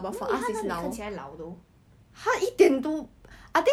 真的 meh but then he is the sarcastic kind